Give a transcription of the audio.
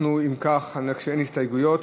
אם כך, אין הסתייגויות,